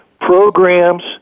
programs